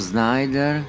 Snyder